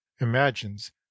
imagines